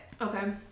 okay